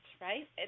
right